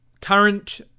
...current